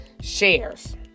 shares